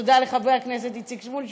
תודה לחבר הכנסת איציק שמולי,